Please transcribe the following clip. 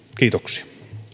kiitoksia